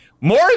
more